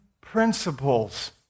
principles